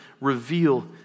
reveal